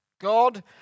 God